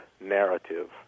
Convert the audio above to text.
narrative